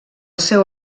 seu